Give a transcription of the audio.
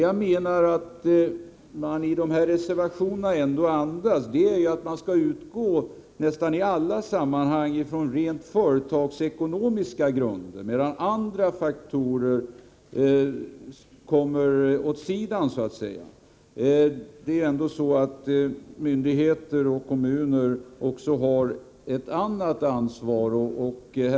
Jag tycker att reservationerna andas den uppfattningen att man i nästan alla sammanhang skall utgå från rent företagsekonomiska grunder, medan andra faktorer förs åt sidan, så att säga. Myndigheter och kommuner har ju även ett annat ansvar.